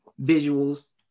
Visuals